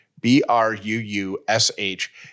B-R-U-U-S-H